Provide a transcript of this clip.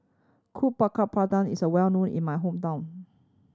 Kuih Bakar Pandan is a well known in my hometown